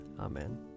Amen